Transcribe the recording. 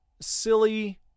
silly